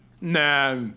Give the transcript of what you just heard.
Nah